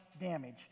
damage